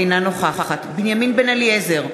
אינה נוכחת בנימין בן-אליעזר,